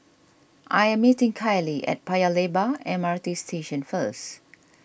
I am meeting Kiley at Paya Lebar M R T Station first